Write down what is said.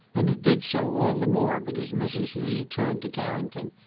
and it did so all the more because mrs. lee turned to carrington,